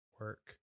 Work